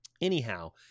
Anyhow